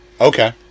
Okay